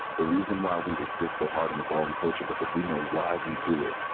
the reason why we exist so hard in a ballroom culture, because we know why we do it,